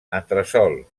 entresòl